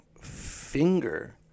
finger